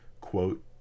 quote